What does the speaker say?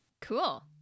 Cool